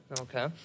okay